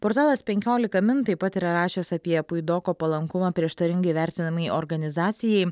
portalas penkiolika min taip pat yra rašęs apie puidoko palankumą prieštaringai vertinamai organizacijai